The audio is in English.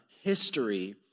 history